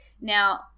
Now